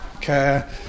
care